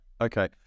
okay